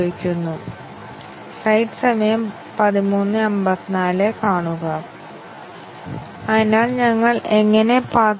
പ്രോഗ്രാമിലെ ഡിസിഷൻ ശരിയും തെറ്റായ മൂല്യവും കൈക്കൊള്ളണം എന്നതാണ് ഞാൻ ആദ്യം പറഞ്ഞത്